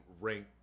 rank